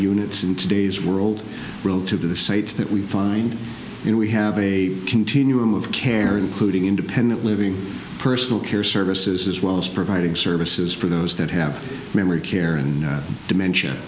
units in today's world to the sites that we find we have a continuum of care including independent living personal care services as well as providing services for those that have memory care and dementia